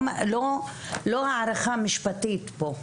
לא הערכה משפטית כאן.